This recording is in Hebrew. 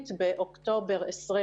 אבל היא מתקדמת.